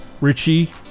Richie